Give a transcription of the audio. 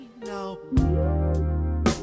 no